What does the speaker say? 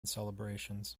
celebrations